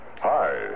Hi